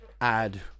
add